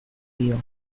dio